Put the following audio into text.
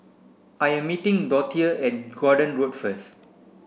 I am meeting Dorthea at Gordon Road first